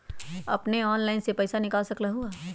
अपने ऑनलाइन से पईसा निकाल सकलहु ह?